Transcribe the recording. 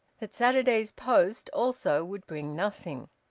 that saturday's post also would bring nothing.